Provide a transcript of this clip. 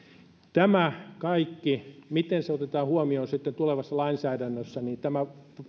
tämä kaikki otetaan huomioon sitten tulevassa lainsäädännössä tämä